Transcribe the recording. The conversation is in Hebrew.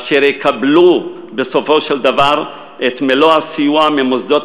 אשר יקבלו בסופו של דבר את מלוא הסיוע ממוסדות